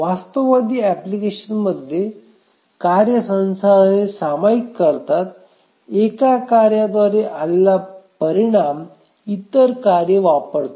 वास्तववादी ऍप्लिकेशनमध्ये कार्ये संसाधने सामायिक करतात एका कार्याद्वारे आलेला परिणाम इतर कार्ये वापरतात